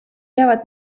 jäävad